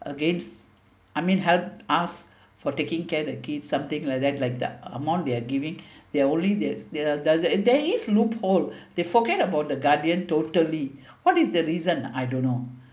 against I mean help us for taking care the kid something like that like that amount they're giving they are only there's there there there is loophole they forget about the guardian totally what is the reason I don't know